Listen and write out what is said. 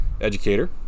Educator